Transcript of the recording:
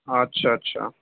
اچھا اچھا